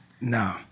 No